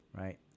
Right